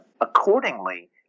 Accordingly